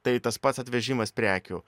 tai tas pats atvežimas prekių